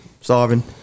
Solving